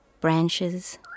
branches